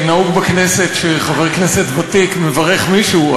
נהוג בכנסת שחבר כנסת ותיק מברך מישהו,